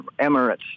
Emirates